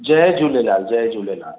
जय झूलेलाल जय झूलेलाल